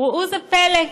וראו זה פלא,